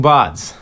Buds